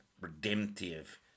redemptive